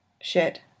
Shit